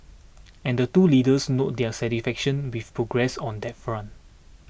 and the two leaders noted their satisfaction with progress on that front